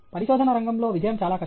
పరిశోధన రంగంలో విజయం చాలా కష్టం